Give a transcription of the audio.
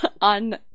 on